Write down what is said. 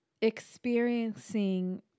experiencing